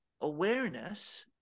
awareness